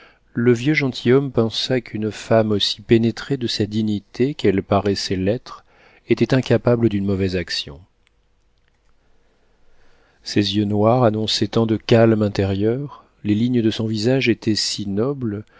le vieux gentilhomme pensa qu'une femme aussi pénétrée de sa dignité qu'elle paraissait l'être était incapable d'une mauvaise action ses yeux noirs annonçaient tant de calme intérieur les lignes de son visage étaient si nobles